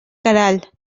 queralt